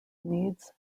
needs